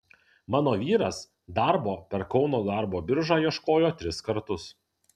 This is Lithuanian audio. mano vyras darbo per kauno darbo biržą ieškojo tris kartus